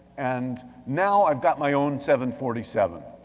and now i've got my own seven forty seven.